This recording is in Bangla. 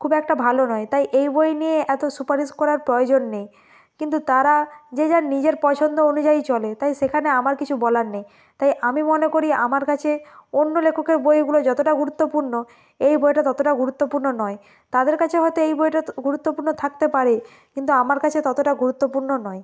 খুব একটা ভালো নয় তাই এই বই নিয়ে এতো সুপারিশ করার প্রয়োজন নেই কিন্তু তারা যে যার নিজের পছন্দ অনুযায়ী চলে তাই সেখানে আমার কিছু বলার নেই তাই আমি মনে করি আমার কাছে অন্য লেখকের বইগুলো যতটা গুরুত্বপূর্ণ এই বইটা ততটাও গুরুত্বপূর্ণ নয় তাদের কাছে হয়তো এই বইটা তো গুরুত্বপূর্ণ থাকতে পারে কিন্তু আমার কাছে ততটা গুরুত্বপূর্ণ নয়